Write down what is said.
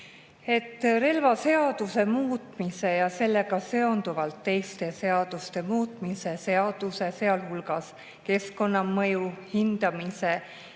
Relvaseaduse muutmise ja sellega seonduvalt teiste seaduste muutmise seaduse eelnõu, sealhulgas keskkonnamõju hindamise